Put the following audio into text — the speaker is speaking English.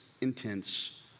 intense